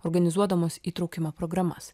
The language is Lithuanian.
organizuodamos įtraukimo programas